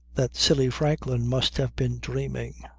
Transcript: that silly franklin must have been dreaming.